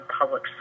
public